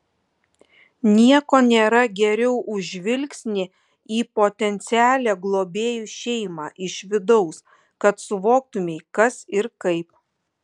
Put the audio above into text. nieko nėra geriau už žvilgsnį į potencialią globėjų šeimą iš vidaus kad suvoktumei kas ir kaip